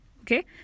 okay